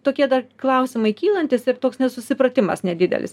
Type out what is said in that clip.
tokie dar klausimai kylantys ir toks nesusipratimas nedidelis